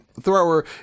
Thrower